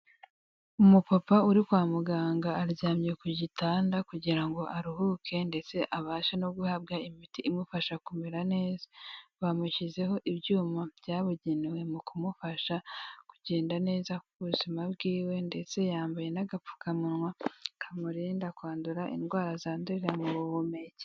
Umupapa uri kwa muganga aryamye ku gitanda kugira ngo aruhuke ndetse abashe no guhabwa imiti imufasha kumera neza. Bamushyizeho ibyuma byabugenewe mu kumufasha kugenda neza k'ubuzima bwiwe ndetse yambaye n'agapfukamunwa kamurinda kwandura indwara zandurira mu buhumekero.